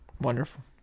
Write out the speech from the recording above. Wonderful